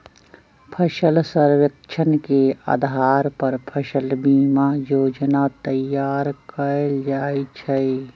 फसल सर्वेक्षण के अधार पर फसल बीमा जोजना तइयार कएल जाइ छइ